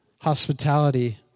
hospitality